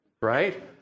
right